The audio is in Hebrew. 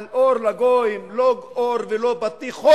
על אור לגויים, לא אור ולא בטיח.